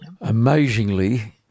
Amazingly